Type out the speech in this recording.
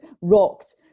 Rocked